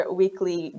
weekly